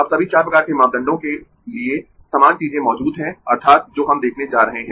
अब सभी चार प्रकार के मापदंडों के लिए समान चीजें मौजूद है अर्थात् जो हम देखने जा रहे है